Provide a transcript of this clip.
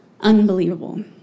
unbelievable